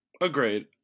Agreed